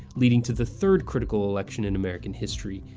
leading to the third critical election in american history,